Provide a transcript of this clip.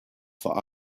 for